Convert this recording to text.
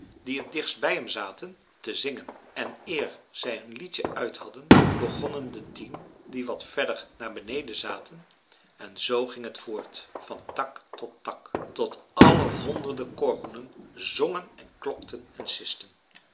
die het dichtst bij hem zaten te zingen en eer zij hun liedje uit hadden begonnen de tien die wat verder naar beneden zaten en zoo ging het voort van tak tot tak tot alle honderden korhoenen zongen en klokten en sisten